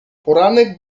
poranek